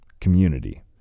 community